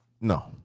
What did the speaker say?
No